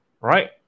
right